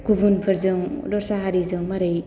गुबुनफोरजों दस्रा हारिजों मारै